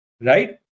right